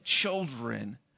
children